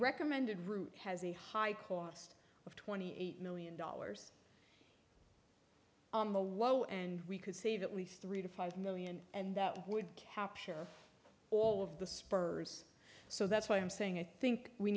recommended route has a high cost of twenty eight million dollars in the whoa and we could save at least three to five million and that would capture all of the spurs so that's why i'm saying i think we